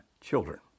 children